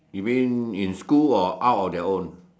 you mean in school or out on their own